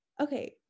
okay